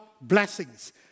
blessings